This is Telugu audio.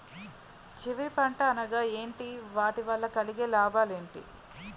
చివరి పంట అనగా ఏంటి వాటి వల్ల కలిగే లాభాలు ఏంటి